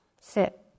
sit